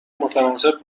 متناسب